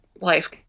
life